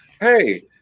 Hey